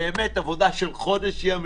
באמת עבודה של חודש ימים.